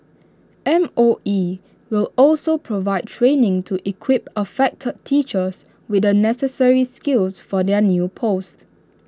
M O E will also provide training to equip affected teachers with the necessary skills for their new posts